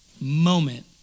moment